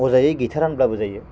अजायै गैथारा होनब्लाबो जायो